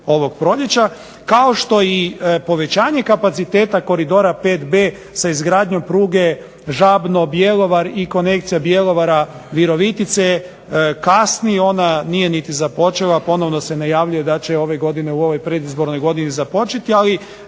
ovog proljeća. Kao što i povećanje kapaciteta Koridora 5b sa izgradnjom pruge Žabno-Bjelovar i konekcija Bjelovara, Virovitice kasni, ona nije niti započela, najavljuje se da će kasnije u ovoj predizbornoj godini započeti ali